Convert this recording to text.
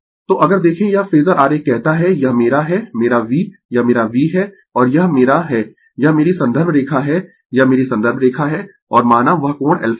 तो अगर देखें यह फेजर आरेख कहता है यह मेरा है मेरा V यह मेरा V है और यह मेरा है यह मेरी संदर्भ रेखा है यह मेरी संदर्भ रेखा है और माना यह कोण α है